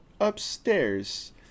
upstairs